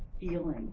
feeling